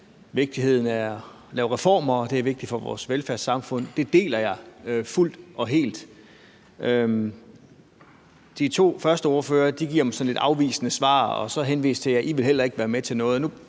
vigtigheden af at lave reformer, og at det er vigtigt for vores velfærdssamfund. Det deler jeg fuldt og helt. De to første ordførere giver mig sådan lidt afvisende svar og henviser så til, at vi heller ikke vil være med til noget.